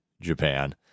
Japan